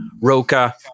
Roca